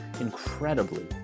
incredibly